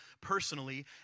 personally